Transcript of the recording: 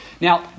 Now